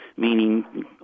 meaning